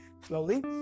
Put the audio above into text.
Slowly